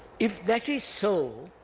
if that is so,